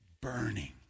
burning